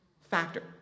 factor